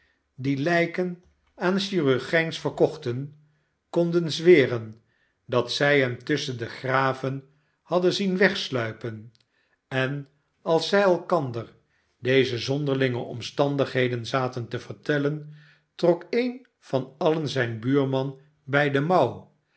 die hjken aan chirurgijns barnaby rudge verkochten konden zweren dat zij hem tusschen de graven hadden zien wegsluipen en als zij elkander deze zonderlinge omstandigheden zaten te vertellen trok een van alien zijn buurman bij den mouw